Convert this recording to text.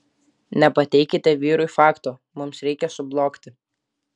nepateikite vyrui fakto mums reikia sublogti